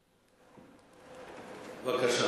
בבקשה.